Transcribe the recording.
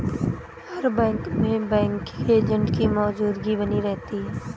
हर bank में banking agent की मौजूदगी बनी रहती है